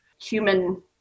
human